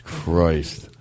Christ